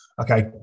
Okay